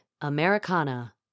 Americana